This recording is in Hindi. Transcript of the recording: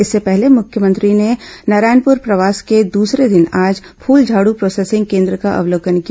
इससे पहले मुख्यमंत्री ने नारायणपुर प्रवास के दूसरे दिन आज फूलझाड़ प्रोसेसिंग केन्द्र का अवलोकन किया